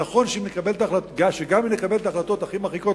נכון שגם אם נקבל את ההחלטות הכי מרחיקות